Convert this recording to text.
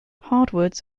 hardwoods